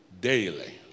Daily